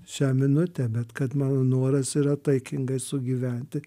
šią minutę bet kad mano noras yra taikingai sugyventi